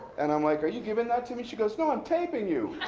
and i'm like, are you giving that to me? she goes, no, i'm taping you.